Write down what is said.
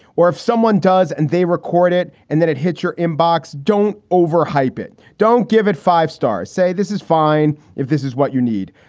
or if someone does and they record it and then it hit your inbox. don't overhype it. don't give it. five stars say this is fine if this is what you need.